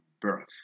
birth